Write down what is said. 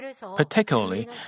Particularly